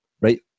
Right